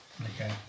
Okay